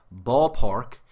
ballpark